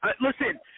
listen